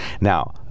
Now